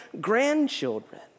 grandchildren